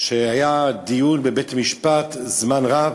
והיה דיון בבית-משפט זמן רב.